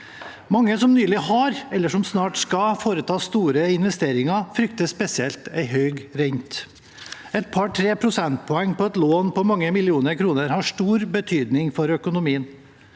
Mange som nylig har eller snart skal foreta store investeringer, frykter spesielt en høy rente. Et par–tre prosentpoeng på et lån på mange millioner kroner har stor betydning for økonomien.